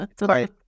Right